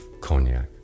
cognac